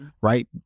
right